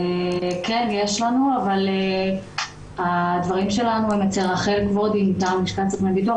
הדברים שלנו הם אצל רחל כבודי מטעם לשכת סוכני ביטוח,